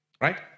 Right